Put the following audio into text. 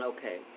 Okay